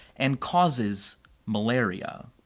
and causes malaria.